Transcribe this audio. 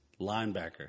linebacker